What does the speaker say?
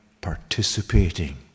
participating